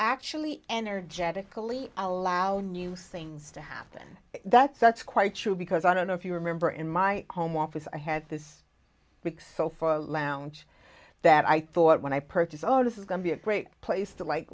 actually energetically allow new things to happen that's that's quite true because i don't know if you remember in my home office i had this week so for a lounge that i thought when i purchase all this is going to be a great place to like